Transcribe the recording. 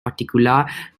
particular